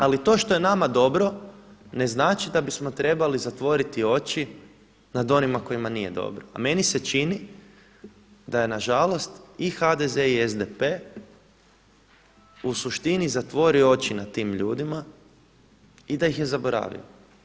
Ali to što je nama dobro ne znači da bismo trebali zatvoriti oči nad onima kojima nije dobro, a meni se čini da je na žalost i HDZ i SDP u suštini zatvorio oči nad tim ljudima i da ih je zaboravio.